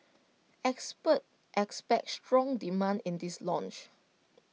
experts expect strong demand in this launch